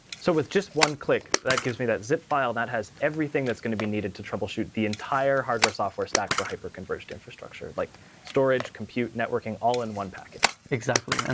so with just one click, that gives me that zip file that has everything that's going to be needed to troubleshoot the entire hardware software stack for hyperconverged infrastructure, like storage, compute, networking, all in one package. exactly, and